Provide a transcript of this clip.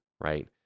right